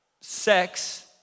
sex